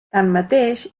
tanmateix